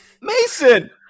Mason